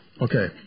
Okay